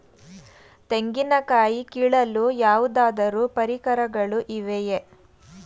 ತೆಂಗಿನ ಕಾಯಿ ಕೀಳಲು ಯಾವುದಾದರು ಪರಿಕರಗಳು ಇವೆಯೇ?